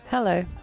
Hello